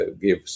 give